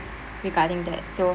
regarding that so